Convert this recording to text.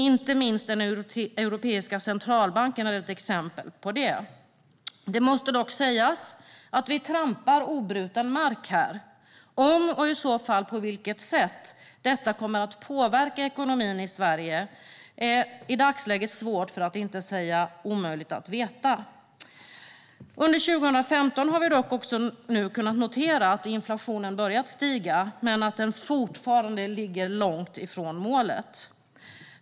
Inte minst Europeiska centralbanken är ett exempel på det. Det måste dock sägas att vi trampar obruten mark här. Om, och i så fall på viket sätt, detta kommer att påverka ekonomin i Sverige på längre sikt är det i dagsläget svårt, för att inte säga omöjligt, att veta. Under 2015 har vi också kunnat notera att inflationen har börjat stiga men att den fortfarande ligger långt under målet.